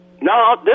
No